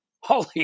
holy